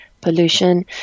pollution